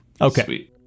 Okay